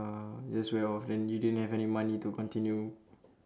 oh that's wear off then you don't have any money to continue